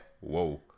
Whoa